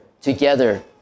together